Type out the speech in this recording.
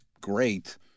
great